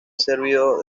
servido